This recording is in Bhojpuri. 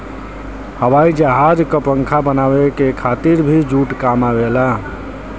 हवाई जहाज क पंखा बनावे के खातिर भी जूट काम आवेला